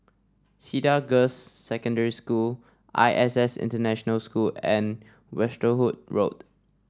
Cedar Girls' Secondary School I S S International School and Westerhout Road